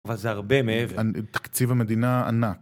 אבל זה הרבה מעבר. תקציב המדינה ענק.